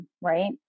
right